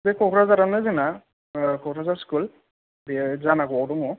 बे क'क्राझारावनो जोंना क'क्राझार स्कुल बेयो जानागाव आव दङ